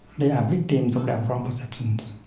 they are victims of their wrong perceptions.